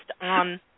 on